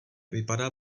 vypadá